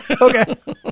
Okay